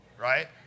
right